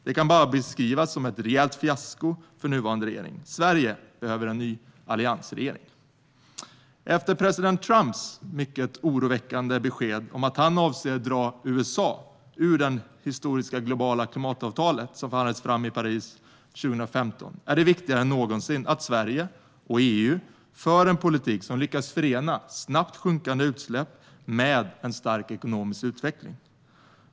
Det kan bara beskrivas som ett rejält fiasko för nuvarande regering. Sverige behöver en ny alliansregering. Efter president Trumps mycket oroväckande besked om att han avser att dra USA ur det historiska globala klimatavtalet, som förhandlades fram i Paris 2015, är det viktigare än någonsin att Sverige och EU för en politik som lyckas förena snabbt sjunkande utsläpp med en stark ekonomisk utveckling.